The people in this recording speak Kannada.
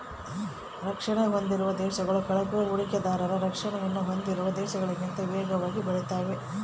ರಕ್ಷಣೆ ಹೊಂದಿರುವ ದೇಶಗಳು ಕಳಪೆ ಹೂಡಿಕೆದಾರರ ರಕ್ಷಣೆಯನ್ನು ಹೊಂದಿರುವ ದೇಶಗಳಿಗಿಂತ ವೇಗವಾಗಿ ಬೆಳೆತಾವೆ